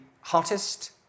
hottest